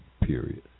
period